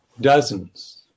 dozens